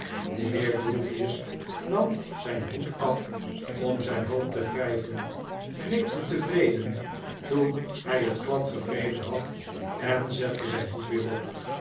de heer grewgious nam zyn hoed af om zyn hoofd te wryven knikte tevreden toen hy het glad gewreven had en zette zyn hoed weer op